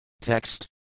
Text